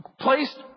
placed